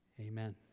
Amen